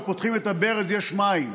ופותחים את הברז יש מים,